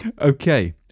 Okay